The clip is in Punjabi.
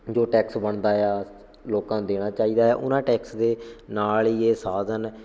ਜੋ ਟੈਕਸ ਬਣਦਾ ਆ ਲੋਕਾਂ ਨੂੰ ਦੇਣਾ ਚਾਹੀਦਾ ਆ ਉਹਨਾਂ ਟੈਕਸ ਦੇ ਨਾਲ ਹੀ ਇਹ ਸਾਧਨ